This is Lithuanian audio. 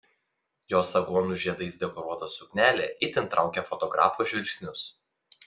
jos aguonų žiedais dekoruota suknelė itin traukė fotografų žvilgsnius